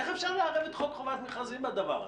איך אפשר לערב את חוק חובת מכרזים בדבר הזה?